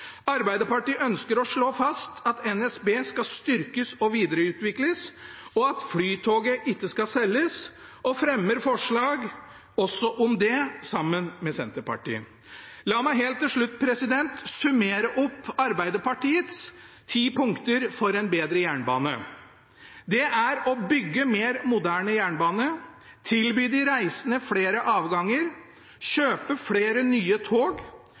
Arbeiderpartiet ønsker å slå fast at NSB skal styrkes og videreutvikles, og at Flytoget ikke skal selges, og fremmer forslag også om det sammen med Senterpartiet. La meg helt til slutt summere opp Arbeiderpartiets ti punkter for en bedre jernbane. Det er å bygge mer moderne jernbane tilby de reisende flere avganger kjøpe flere nye tog